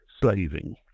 slaving